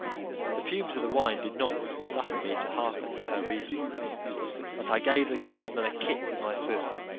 the fumes of the wine did not suffer me to hearken to her reasons but i gave the talisman a kick with my foot,